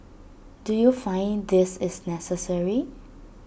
do you find this is necessary